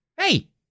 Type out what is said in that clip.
hey